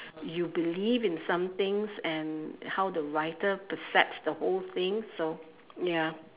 you believe in some things and how the writer percepts the whole thing so ya